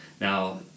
Now